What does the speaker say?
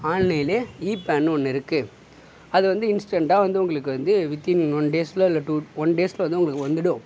ஆன்லைனில் இ பேன்னு ஒன்று இருக்கு அது வந்து இன்ஸ்டன்ட்டாக வந்து உங்களுக்கு வந்து வித்தின் ஒன் டேஸில் இல்லை டூ ஒன் டேஸில் வந்து உங்களுக்கு வந்துடும்